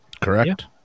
Correct